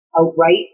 outright